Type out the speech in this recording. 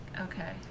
Okay